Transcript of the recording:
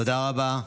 תודה רבה.